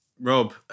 Rob